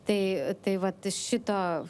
tai tai vat šito